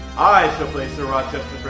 i shall play sir rodchester